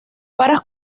varas